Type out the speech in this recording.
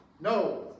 No